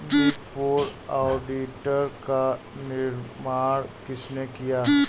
Big four auditor का निर्माण किसने किया?